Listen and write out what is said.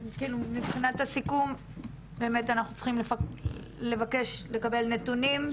מבחינת הסיכום אנחנו צריכים לבקש לקבל נתונים,